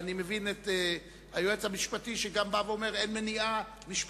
ואני מבין את היועץ המשפטי שבא ואומר שאין מניעה משפטית,